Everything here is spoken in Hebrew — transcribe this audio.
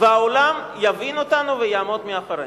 והעולם יבין אותנו ויעמוד מאחורינו.